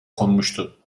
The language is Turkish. konmuştu